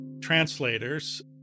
translators